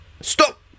Stop